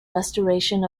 restoration